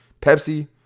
Pepsi